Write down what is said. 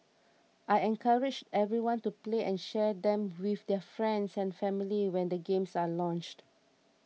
I encourage everyone to play and share them with their friends and family when the games are launched